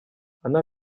она